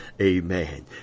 Amen